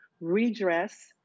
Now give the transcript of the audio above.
Redress